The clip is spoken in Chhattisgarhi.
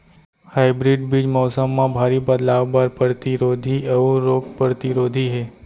हाइब्रिड बीज मौसम मा भारी बदलाव बर परतिरोधी अऊ रोग परतिरोधी हे